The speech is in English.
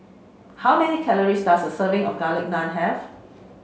how many calories does a serving of garlic naan have